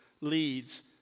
leads